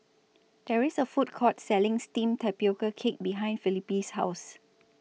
There IS A Food Court Selling Steamed Tapioca Cake behind Felipe's House